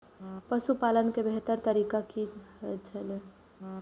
पशुपालन के बेहतर तरीका की होय छल?